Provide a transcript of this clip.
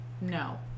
no